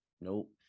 Nope